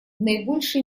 наибольшей